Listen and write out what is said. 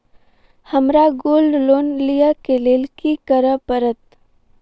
हमरा gold loan लिय केँ लेल की करऽ पड़त?